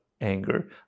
anger